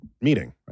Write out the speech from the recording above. meeting